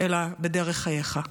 אלא בדרך חייך.